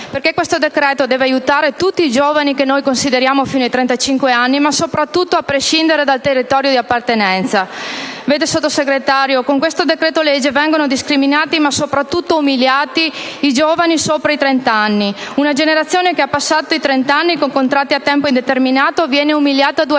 perche´ questo decreto deve aiutare tutti i giovani, che noi consideriamo arrivare fino ai 35 anni, ma soprattutto a prescindere dal territorio di appartenenza. Vede, signor Sottosegretario, con questo decreto legge vengono discriminati, ma soprattutto umiliati, i giovani sopra i 30 anni. Una generazione che ha passato i 30 anni, con contratti a tempo indeterminato, viene umiliata due volte: